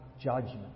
judgment